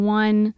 one